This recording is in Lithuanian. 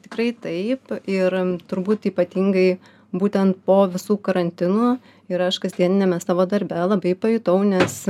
tikrai taip ir turbūt ypatingai būtent po visų karantinų ir aš kasdieniniame savo darbe labai pajutau nes